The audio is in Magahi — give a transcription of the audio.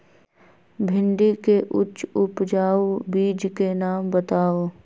भिंडी के उच्च उपजाऊ बीज के नाम बताऊ?